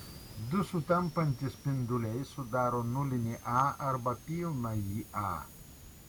du sutampantys spinduliai sudaro nulinį a arba pilnąjį a